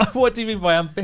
what do you mean by um